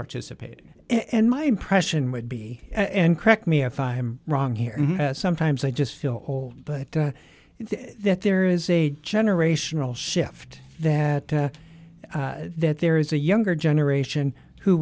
participate and my impression would be and correct me if i'm wrong here sometimes i just feel but that there is a generational shift there that there is a younger generation who